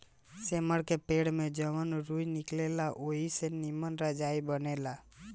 सेमर के पेड़ से जवन रूई निकलेला ओई से निमन रजाई बनेला